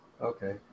Okay